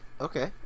okay